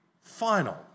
final